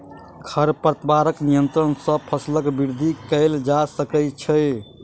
खरपतवार नियंत्रण सॅ फसीलक वृद्धि कएल जा सकै छै